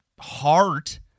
heart